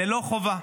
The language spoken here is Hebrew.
זה לא חובה.